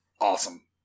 awesome